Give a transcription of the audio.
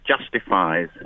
justifies